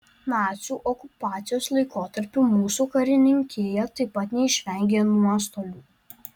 nacių okupacijos laikotarpiu mūsų karininkija taip pat neišvengė nuostolių